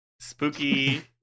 spooky